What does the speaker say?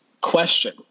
Question